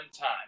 time